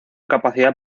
capacidad